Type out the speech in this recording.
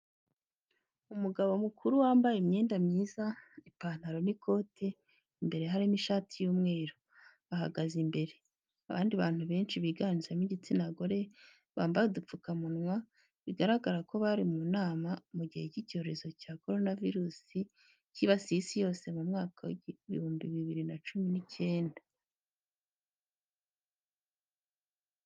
Umugabo mukuru wambaye imyenda myiza, ipantaro n'ikoti, imbere harimo ishati y'umweru, ahagaze imbere. Abandi bantu benshi biganjemo igitsina gore, bambaye udupfukamunwa, bigaragara ko bari mu nama mu gihe cy'icyorezo cya korona virusi cyibasiye isi yose mu mwaka w'ibihumbi bibiri na cumi n'icyenda.